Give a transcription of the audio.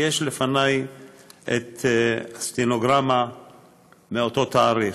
לפני הסטנוגרמה מאותו תאריך.